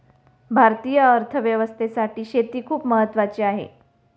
भारतीय अर्थव्यवस्थेसाठी शेती खूप महत्त्वाची आहे